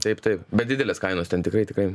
taip taip bet didelės kainos ten tikrai tikrai